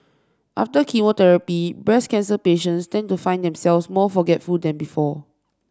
after chemotherapy breast cancer patients tend to find themselves more forgetful than before